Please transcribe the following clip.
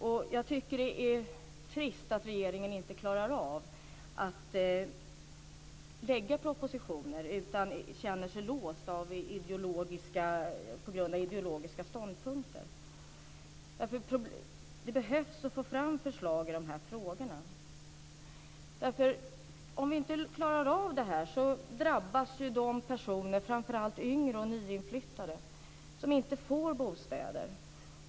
Jag tycker att det är trist att regeringen inte klarar av att lägga fram propositioner, utan man känner sig låst på grund av ideologiska ståndpunkter. Man behöver få fram förslag i dessa frågor. Om vi inte klarar av det här drabbas ju de personer - framför allt yngre och nyinflyttade - som inte får bostäder.